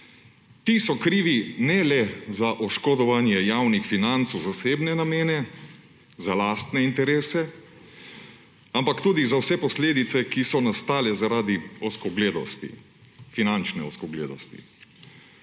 ti so krivi ne le za oškodovanje javnih financ v zasebne namene, za lastne interese, ampak tudi za vse posledice, ki so nastale zaradi ozkogledosti, finančne ozkogledosti.